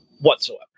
whatsoever